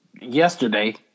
yesterday